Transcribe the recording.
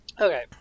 Okay